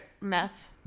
meth